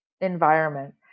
environment